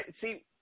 See